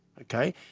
Okay